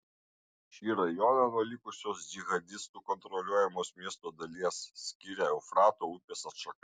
šį rajoną nuo likusios džihadistų kontroliuojamos miesto dalies skiria eufrato upės atšaka